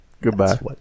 Goodbye